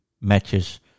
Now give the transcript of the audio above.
matches